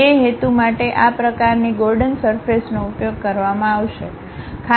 તે હેતુ માટે આ પ્રકારની ગોર્ડન સરફેસનો ઉપયોગ કરવામાં આવશે